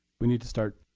we need to start